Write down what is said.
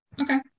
okay